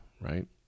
right